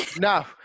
no